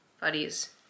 buddies